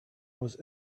was